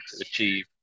achieve